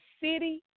city